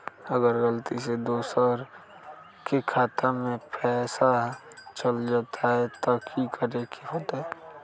अगर गलती से दोसर के खाता में पैसा चल जताय त की करे के होतय?